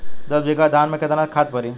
दस बिघा धान मे केतना खाद परी?